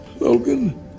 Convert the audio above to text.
Logan